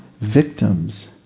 victims